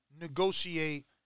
negotiate